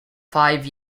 five